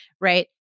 right